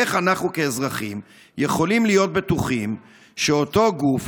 איך אנחנו כאזרחים יכולים להיות בטוחים שאותו גוף,